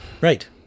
Right